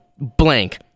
blank